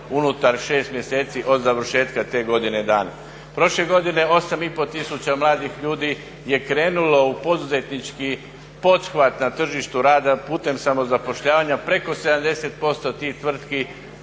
unutar 6 mjeseci od završetka te godine dana. Prošle godine 8500 mladih ljudi je krenulo u poduzetnički pothvat na tržištu rada putem samozapošljavanja. Preko 70% tih tvrtki